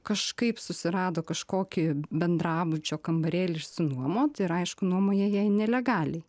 kažkaip susirado kažkokį bendrabučio kambarėlį išsinuomot ir aišku nuomoja jai nelegaliai